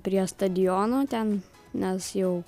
prie stadiono ten nes jau